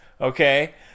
okay